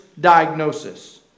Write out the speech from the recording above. diagnosis